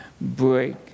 break